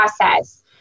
process